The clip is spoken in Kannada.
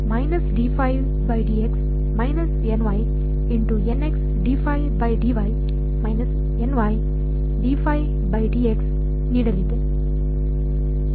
ಘಟಕವು ನನಗೆ ನೀಡಲಿದೆ